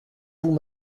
vous